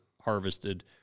harvested –